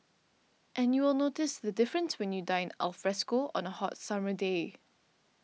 and you will notice the difference when you dine alfresco on a hot summer day